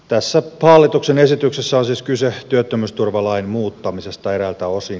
tässä hallituksen esityksessä on siis kyse työttömyysturvalain muuttamisesta eräiltä osin